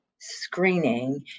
screening